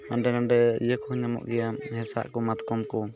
ᱦᱟᱸᱰᱮ ᱱᱟᱰᱮ ᱤᱭᱟᱹ ᱠᱚᱦᱚᱸ ᱧᱟᱢᱚᱜ ᱜᱮᱭᱟ ᱦᱮᱸᱥᱟᱜ ᱠᱚ ᱢᱟᱛᱠᱚᱢ ᱠᱚ